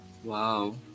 Wow